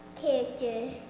character